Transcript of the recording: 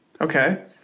Okay